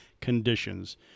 conditions